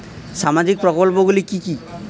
সামাজিক প্রকল্পগুলি কি কি?